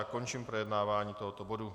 Končím projednávání tohoto bodu.